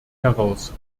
heraus